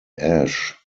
ash